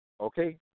Okay